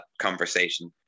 conversation